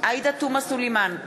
עאידה תומא סלימאן,